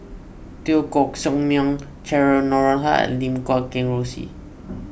Teo Koh Sock Miang Cheryl Noronha and Lim Guat Kheng Rosie